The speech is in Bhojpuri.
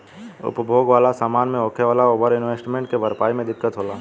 उपभोग वाला समान मे होखे वाला ओवर इन्वेस्टमेंट के भरपाई मे दिक्कत होला